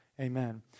Amen